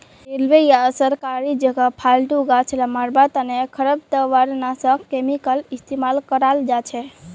railway या सरकारी जगहत फालतू गाछ ला मरवार तने खरपतवारनाशक केमिकल इस्तेमाल कराल जाछेक